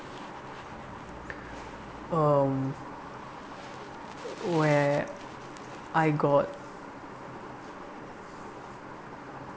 um where I got